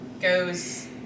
goes